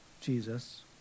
Jesus